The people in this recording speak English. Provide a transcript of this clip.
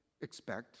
expect